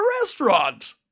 restaurant